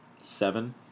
Seven